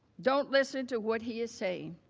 don't listen to what he is saying.